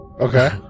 Okay